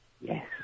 Yes